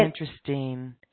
interesting